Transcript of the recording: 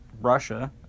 Russia